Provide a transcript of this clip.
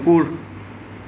কুকুৰ